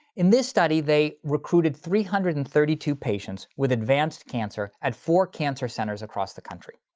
in this study they recruited three hundred and thirty two patients with advanced cancer at four cancer centers across the country.